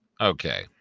Okay